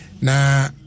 Now